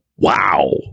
Wow